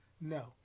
No